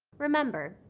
remember,